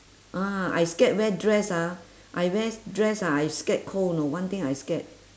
ah I scared wear dress ah I wear dress ah I scared cold know one thing I scared